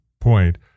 point